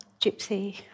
Gypsy